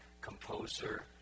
composer